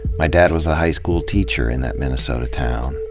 my dad was a high school teacher in that minnesota town,